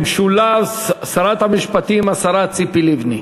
במשולב, שרת המשפטים, השרה ציפי לבני.